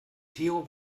theo